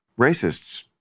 racists